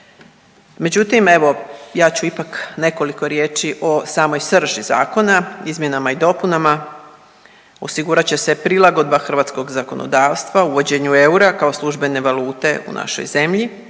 Međutim evo, ja ću ipak nekoliko riječi o samoj srži zakona, izmjenama i dopunama osigurat će se prilagodba hrvatskog zakonodavstva uvođenju eura kao službene valute u našoj zemlji